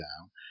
down